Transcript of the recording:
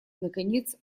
наконец